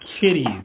Kitties